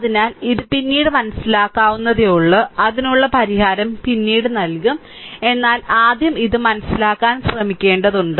അതിനാൽ ഇത് പിന്നീട് മനസ്സിലാക്കാവുന്നതേയുള്ളൂ അതിനുള്ള പരിഹാരം പിന്നീട് നൽകും എന്നാൽ ആദ്യം ഇത് മനസിലാക്കാൻ ശ്രമിക്കേണ്ടതുണ്ട്